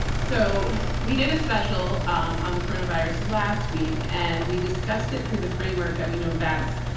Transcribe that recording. so we did a special um on the coronavirus last week and we discussed it through the framework that we know best,